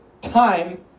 time